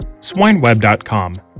SwineWeb.com